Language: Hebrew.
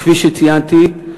וכפי שציינתי,